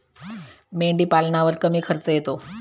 मेंढीपालनावर कमी खर्च येतो